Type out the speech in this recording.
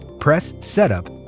press setup,